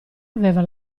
aveva